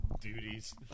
Duties